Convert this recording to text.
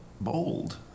bold